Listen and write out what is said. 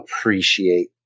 appreciate